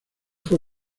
fue